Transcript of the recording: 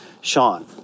Sean